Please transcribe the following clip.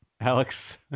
Alex